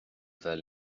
bheith